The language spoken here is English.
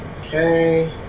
Okay